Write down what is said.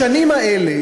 בשנים האלה,